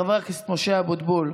חבר הכנסת משה אבוטבול,